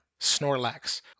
Snorlax